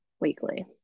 weekly